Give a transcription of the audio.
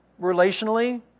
relationally